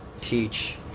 teach